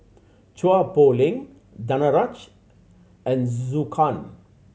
Chua Poh Leng Danaraj and Zhou Can